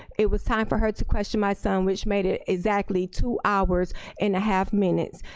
it was time for her to question my son which made it exactly two hours and a half minutes.